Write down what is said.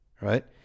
right